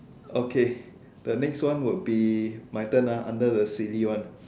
okay the next one will be my turn ah under the silly one